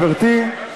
גברתי.